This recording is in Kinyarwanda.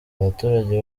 abaturage